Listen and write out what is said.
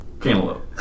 Cantaloupe